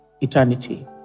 eternity